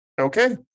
Okay